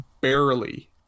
barely